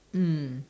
mm